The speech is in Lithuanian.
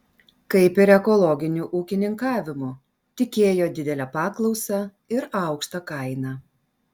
kaip ir ekologiniu ūkininkavimu tikėjo didele paklausa ir aukšta kaina